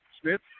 Smith